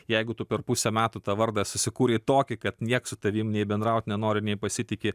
jeigu tu per pusę metų tą vardą susikūrei tokį kad nieks su tavim nei bendraut nenori nei pasitiki